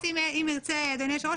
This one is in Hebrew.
אפשר להתייחס אם ירצה אדוני היושב-ראש.